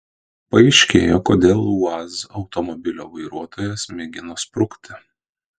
paaiškėjo kodėl uaz automobilio vairuotojas mėgino sprukti